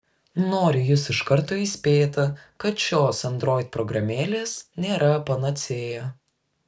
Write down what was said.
noriu jus iš karto įspėti kad šios android programėlės nėra panacėja